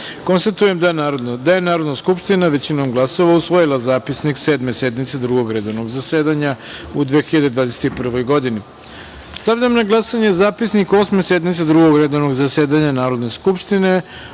poslanika. Konstatujem da je Narodna skupština većinom glasova usvojila Zapisnik Sedme sednice Drugog redovnog zasedanja u 2021. godini. Stavljam na glasanje zapisnik Osme sednice Drugog redovnog zasedanja Narodne skupštine